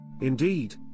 Indeed